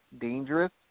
dangerous